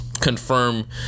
confirm